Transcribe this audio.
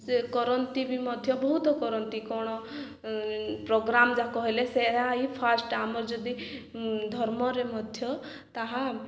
ସେ କରନ୍ତି ବି ମଧ୍ୟ ବହୁତ କରନ୍ତି କ'ଣ ପ୍ରୋଗ୍ରାମ୍ ଯାକ ହେଲେ ସେ ହିଁ ଫାର୍ଷ୍ଟ ଆମର ଯଦି ଧର୍ମରେ ମଧ୍ୟ ତାହା